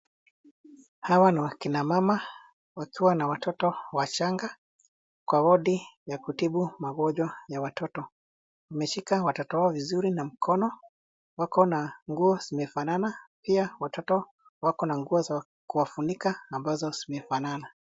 Hawa ni akina mama wakiwa na watoto wachanga kwa wodi ya kutibu magonjwa ya watoto. Wameshika watoto wao vizuri na mkono, wakona nguo zimefanana pia watoto wakona nguo za kuwafunika ambazo zimefanana.